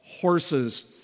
horses